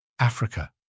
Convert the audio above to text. Africa